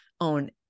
own